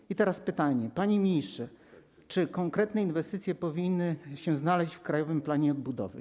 I teraz pytanie: Panie ministrze, czy konkretne inwestycje powinny się znaleźć w Krajowym Planie Odbudowy?